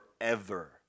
forever